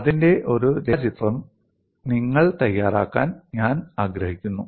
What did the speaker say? ഇതിന്റെ ഒരു രേഖാചിത്രം നിങ്ങൾ തയ്യാറാക്കാൻ ഞാൻ ആഗ്രഹിക്കുന്നു